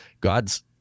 god's